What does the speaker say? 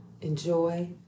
enjoy